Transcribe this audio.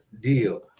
deal